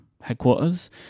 headquarters